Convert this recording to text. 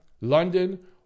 London